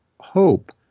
hope